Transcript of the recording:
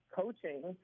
coaching